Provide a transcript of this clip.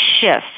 shift